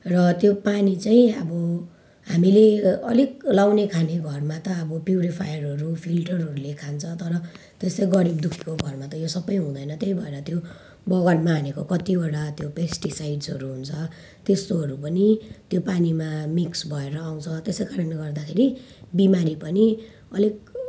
र त्यो पानी चाहिँ अब हामीले अलिक लगाउनेखाने घरमा त अब प्युरिफायरहरू फिल्टरहरूले खान्छ तर त्यस्तै गरिबदुःखीको घरमा त यो सबै हुँदैन त्यही भएर त्यो बगानमा हानेको कत्तिवटा त्यो पेस्टिसाइडहरू हुन्छ त्यस्तोहरू पनि त्यो पानीमा मिक्स भएर आउँछ त्यस्तो कारणले गर्दाखेरि बिमारी पनि अलिक